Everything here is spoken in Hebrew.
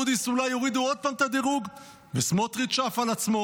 מוד'יס אולי יורידו עוד פעם את הדירוג וסמוטריץ' עף על עצמו.